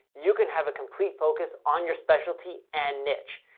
you can have a complete focus on your specialty and niche.